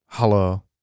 Hello